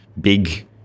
big